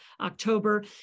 October